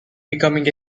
becoming